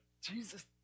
Jesus